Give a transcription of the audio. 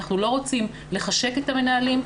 אנחנו לא רוצים לחשק את המנהלים,